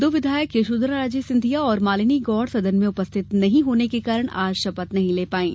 दो विधायक यशोधराराजे सिंधिया और मालिनी गौड़ सदन में उपस्थित नहीं होने के कारण आज शपथ नहीं ले पायीं